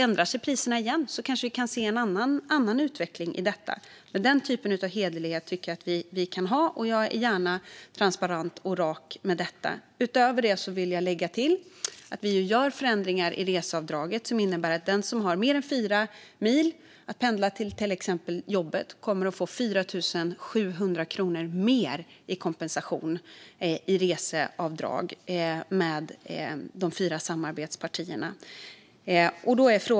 Ändrar sig priserna igen kanske vi kan se en annan utveckling i detta, men den typen av hederlighet tycker jag att vi kan ha, och jag är gärna transparent och rak med detta. Utöver det vill jag lägga till att vi ju gör förändringar i reseavdraget som innebär att den som har mer än fyra mil att pendla till exempel till jobbet kommer att få 4 700 kronor mer i kompensation i reseavdrag med de fyra samarbetspartierna.